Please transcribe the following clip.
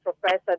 professor